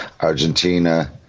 Argentina